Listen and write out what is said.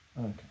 Okay